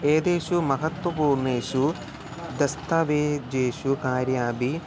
एतेषु महत्त्वपूर्णेषु दस्तावजेषु कार्याभिः